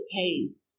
pays